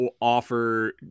offer